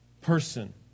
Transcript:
person